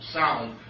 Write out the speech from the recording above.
sound